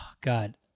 God